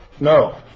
No